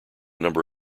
number